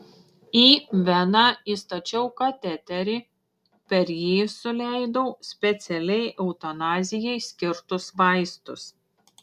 į veną įstačiau kateterį per jį suleidau specialiai eutanazijai skirtus vaistus